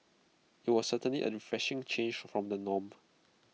IT was certainly A refreshing change from the norm